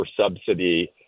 subsidy